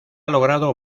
logrado